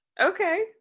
okay